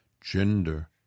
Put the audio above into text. Gender